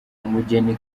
umugeni